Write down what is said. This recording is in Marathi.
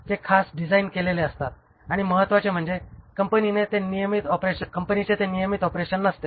जे खास डिझाइन केलेले असतात आणि महत्वाचे म्हणजे कंपनीचे ते नियमित ऑपरेशन नसते